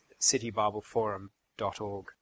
citybibleforum.org